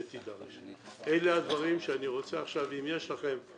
על ידי משרד העבודה.